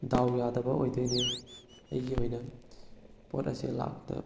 ꯗꯥꯎ ꯌꯥꯗꯕ ꯑꯣꯏꯗꯣꯏꯅꯦ ꯑꯩꯒꯤ ꯑꯣꯏꯅ ꯄꯣꯠ ꯑꯁꯦ ꯂꯥꯛꯄꯗ